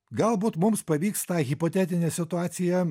galbūt mums pavyks tą hipotetinę situaciją